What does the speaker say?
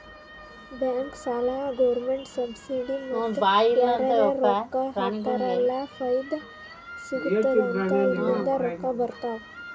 bank, ಸಾಲ, government subsidy ಮತ್ತ ಯಾರರೇ ರೊಕ್ಕಾ ಹಾಕ್ತಾರ್ ಅಲ್ಲ ಫೈದಾ ಸಿಗತ್ತುದ್ ಅಂತ ಇಲ್ಲಿಂದ್ ರೊಕ್ಕಾ ಬರ್ತಾವ್